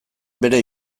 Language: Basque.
bere